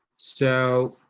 so,